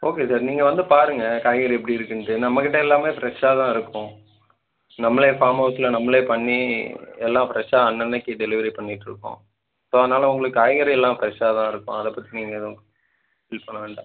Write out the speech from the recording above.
okay sir நீங்கள் வந்து பாருங்கள் காய்கறி எப்படி இருக்குதுன்ட்டு நம்மக்கிட்ட எல்லாமே ஃப்ரெஷ்ஷாக தான் இருக்கும் நம்மளே ஃபார்ம் ஹவுஸ்ஸில் நம்மளே பண்ணி எல்லாம் ஃப்ரெஷ்ஷாக அன்னன்னக்கு டெலிவரி பண்ணிட்டுருக்கோம் ஸோ அதனால் உங்களுக்கு காய்கறியெல்லாம் ஃப்ரெஷ்ஷாக தான் இருக்கும் அதை பற்றி நீங்கள் எதுவும் ஃபீல் பண்ண வேண்டாம்